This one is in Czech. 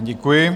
Děkuji.